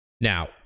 Now